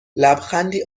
لبخندی